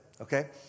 okay